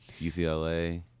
UCLA